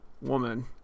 woman